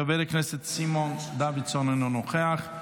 חבר הכנסת סימון דוידסון, אינו נוכח.